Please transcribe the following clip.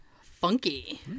Funky